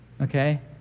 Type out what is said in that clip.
okay